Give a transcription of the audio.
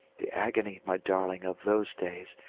the agony, my darling, of those days,